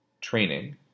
training